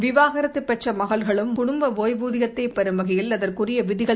விவாகரத்து பெற்ற மகள்களும் குடும்ப ஒய்வூதியத்தை பெறும் வகையில் அதற்குரிய விதிகள்